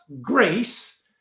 grace